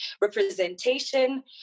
representation